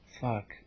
Fuck